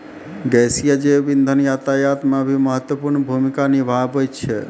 गैसीय जैव इंधन यातायात म भी महत्वपूर्ण भूमिका निभावै छै